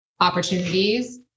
opportunities